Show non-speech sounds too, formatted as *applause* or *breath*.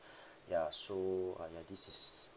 *breath* ya so uh ya this is